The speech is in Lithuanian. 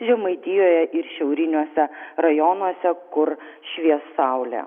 žemaitijoje ir šiauriniuose rajonuose kur švies saulė